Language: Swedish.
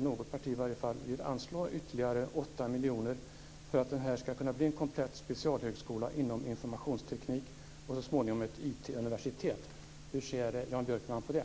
något annat parti vill anslå ytterligare 8 miljoner till Högskolan i Karlskrona/Ronneby för att den ska kunna bli en komplett specialhögskola inom informationsteknik och så småningom ett IT-universitet. Hur ser Jan Björkman på det?